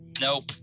Nope